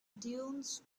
dunes